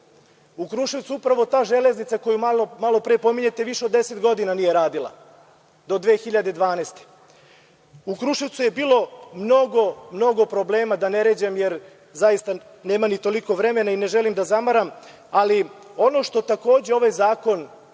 Kruševcu upravo ta železnica koju malopre pominjete više od deset godina nije radila do 2012. godine. U Kruševcu je bilo mnogo problema, da ne ređam jer nema toliko vremena i ne želim da zamaram, ali ono što takođe ovaj zakon